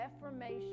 reformation